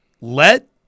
let